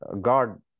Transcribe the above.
God